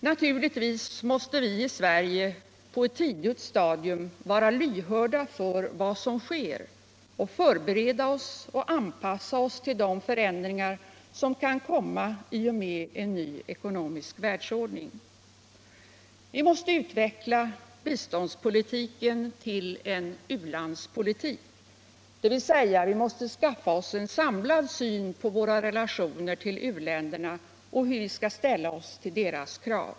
Naturligtvis måste vi i Sverige på ett tidigt stadium vara lyhörda för vad som sker och förbereda oss och anpassa oss till de förändringar som kan komma i och med en ny ekonomisk världsordning. Vi måste också utveckla biståndspolitiken till en u-landspolitik, dvs. vi måste skaffa oss en samlad syn på våra relationer till u-länderna-och hur vi skall ställa oss till deras krav.